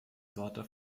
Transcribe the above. sorte